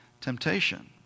temptation